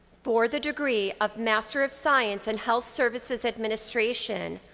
for the degree of master of science and health services administration,